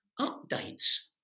Updates